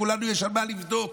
לכולנו יש מה לבדוק.